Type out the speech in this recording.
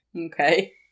Okay